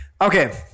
Okay